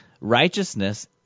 righteousness